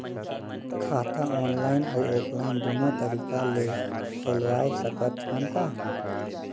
खाता ऑनलाइन अउ ऑफलाइन दुनो तरीका ले खोलवाय सकत हन का?